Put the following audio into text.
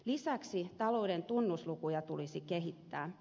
lisäksi talouden tunnuslukuja tulisi kehittää